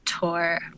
tour